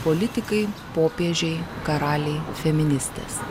politikai popiežiai karaliai feministės